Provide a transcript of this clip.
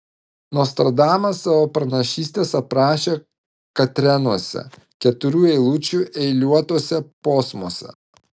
nostradamas savo pranašystes aprašė katrenuose keturių eilučių eiliuotuose posmuose